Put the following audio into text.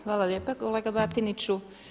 Hvala lijepa kolega Btiniću.